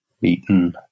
beaten